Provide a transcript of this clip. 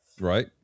right